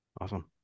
awesome